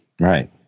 Right